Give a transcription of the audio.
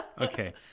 Okay